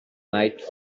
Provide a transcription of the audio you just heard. night